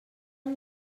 han